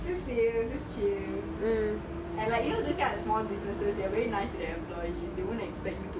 right just chill